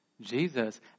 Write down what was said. Jesus